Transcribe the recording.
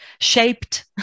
shaped